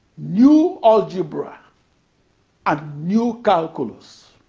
new algebra and new calculus.